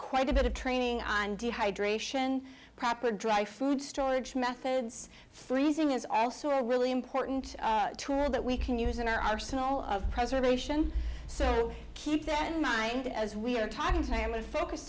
quite a bit of training on dehydration proper dry food storage methods freezing is also a really important tool that we can use in our arsenal of preservation so keep that in mind as we are talking